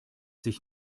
sich